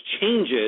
changes